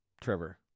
Trevor